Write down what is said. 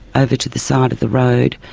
over to the side of the road.